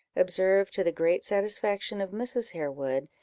observed, to the great satisfaction of mrs. harewood,